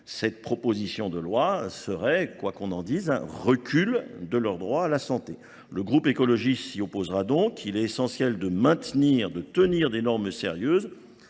Cette proposition de loi serait, quoi qu'on en dise, un recul de leur droit à la santé. Le groupe écologiste s'y opposera donc. Il est essentiel de maintenir, de tenir des normes sérieuses